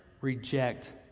reject